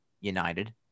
United